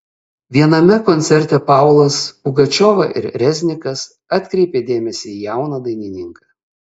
viename koncerte paulas pugačiova ir reznikas atkreipė dėmesį į jauną dainininką